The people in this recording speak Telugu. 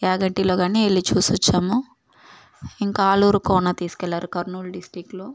యాగంటిలో కానీ వెళ్లి చూసొచ్చాము ఇంకా ఆలూరు కోన తీసుకెళ్లారు కర్నూల్ డిస్టిక్లో